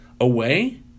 away